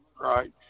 right